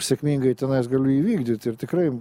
sėkmingai tenais galiu įvykdyt ir tikrai